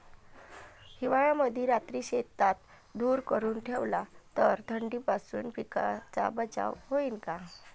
हिवाळ्यामंदी रात्री शेतात धुर करून ठेवला तर थंडीपासून पिकाचा बचाव होईन का?